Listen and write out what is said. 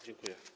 Dziękuję.